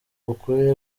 ukuri